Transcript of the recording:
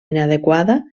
inadequada